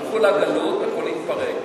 הלכו לגלות, הכול התפרק.